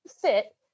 fit